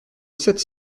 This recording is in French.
sept